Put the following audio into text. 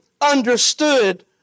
understood